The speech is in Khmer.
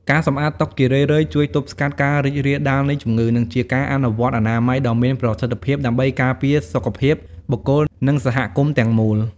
ការសម្អាតតុជារឿយៗជួយទប់ស្កាត់ការរីករាលដាលនៃជំងឺ និងជាការអនុវត្តអនាម័យដ៏មានប្រសិទ្ធភាពដើម្បីការពារសុខភាពបុគ្គល និងសហគមន៍ទាំងមូល។